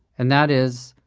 and that is,